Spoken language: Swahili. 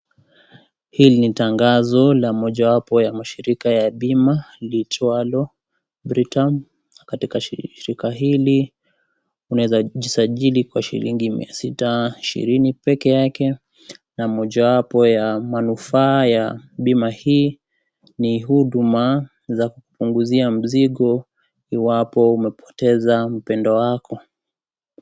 Hili ni tangazo la mojawapo ya mashirika ya pima liitwalo, Pritta .Katika shirika hili unaweza sijazili kwa shilingi mia sita ishirini peke yake na mojawapo ya manufaa ya pima hii ni huduma za kupunguzia mzigo iwapo umepoteza mpendwa wako.